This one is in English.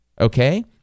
okay